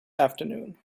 afternoon